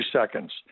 seconds